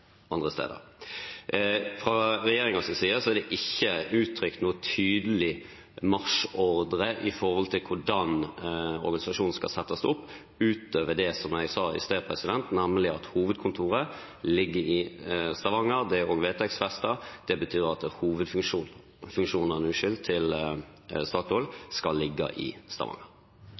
hvordan organisasjonen skal settes opp, ut over det som jeg sa i sted, nemlig at hovedkontoret ligger i Stavanger – det er også vedtektsfestet. Det betyr at hovedfunksjonene til Statoil skal ligge i Stavanger.